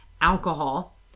alcohol